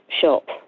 shop